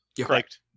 Correct